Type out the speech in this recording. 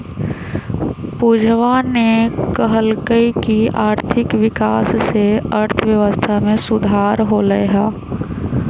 पूजावा ने कहल कई की आर्थिक विकास से अर्थव्यवस्था में सुधार होलय है